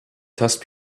test